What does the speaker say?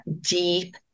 deep